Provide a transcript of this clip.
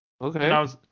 Okay